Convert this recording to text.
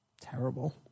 terrible